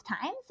times